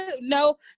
No